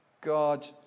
God